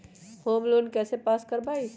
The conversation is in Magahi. होम लोन कैसे पास कर बाबई?